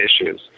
issues